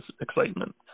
excitement